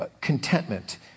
contentment